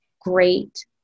great